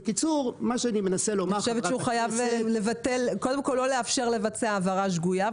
אני חושבת שהוא קודם כל חייב לא לאפשר העברה שגויה.